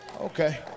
Okay